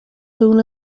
soon